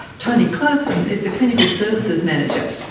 tony clarkson is the clinical services manager.